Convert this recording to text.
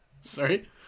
Sorry